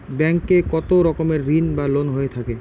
Bank এ কত রকমের ঋণ বা লোন হয়ে থাকে?